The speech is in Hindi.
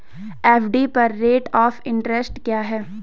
एफ.डी पर रेट ऑफ़ इंट्रेस्ट क्या है?